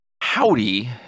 howdy